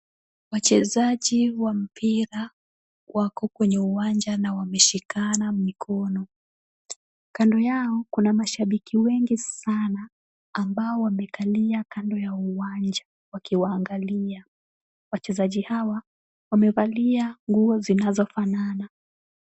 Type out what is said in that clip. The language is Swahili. Wachezaji wa mpira wako kwenye uwanja na wameshikana mikono. Kando yao kuna mashabiki wengi sana ambao wamekalia kando ya uwanja wakiwaangalia, wachezaji hawa wamevalia nguo zinazofanana.